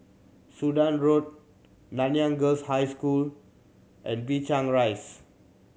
Sudan Road Nanyang Girls' High School and Binchang Rise